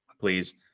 please